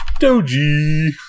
Doji